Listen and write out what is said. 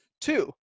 Two